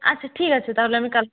আচ্ছা ঠিক আছে তাহলে আমি কাল